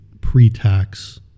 pre-tax